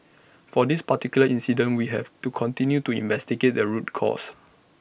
for this particular incident we have to continue to investigate the root causes